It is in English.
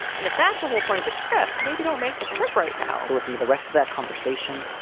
and if that's the whole point of the trip, maybe don't make the trip right now to listen to the rest of that conversation.